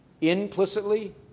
implicitly